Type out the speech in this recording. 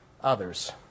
others